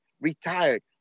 retired